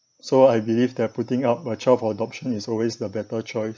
so I believe that putting up a child for adoption is always the better choice